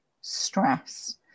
stress